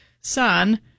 son